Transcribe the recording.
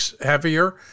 heavier